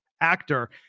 actor